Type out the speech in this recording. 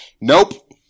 Nope